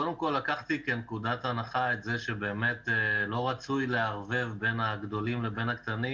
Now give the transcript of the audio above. קודם כול לקחתי כנקודת הנחה שלא רצוי לערבב בין הגדולים לבין הקטנים